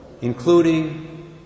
including